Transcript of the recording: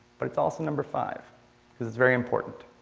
but it's also number five because it's very important.